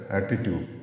attitude